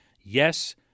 yes